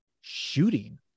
shooting